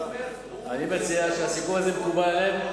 אני מציע שהסיכום הזה מקובל עליהם.